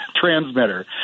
transmitter